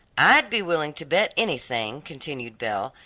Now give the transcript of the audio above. i'd be willing to bet anything, continued belle,